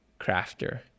crafter